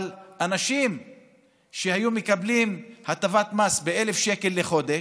אבל אנשים שהיו מקבלים הטבת מס של 1,000 שקל לחודש,